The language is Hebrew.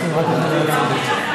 אדוני היושב-ראש.